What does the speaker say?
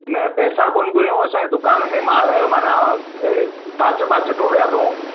न पैसा कोन घुरियऊं असांजे दुकान मार माना काच ॿाच टोड़े थियूं